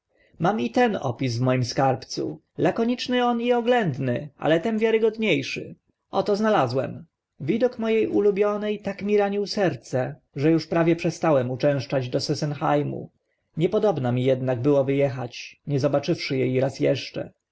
mam i ten opis w moim skarbcu lakoniczny on i oględny ale tym wiarogodnie szy oto znalazłem widok mo e ulubione tak mi ranił serce że uż prawie przestałem uczęszczać do sesenheimu niepodobna mi ednak było wy echać nie zobaczywszy e raz eszcze